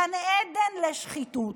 גן עדן לשחיתות.